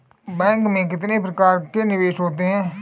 Bank में कितने प्रकार के निवेश होते हैं?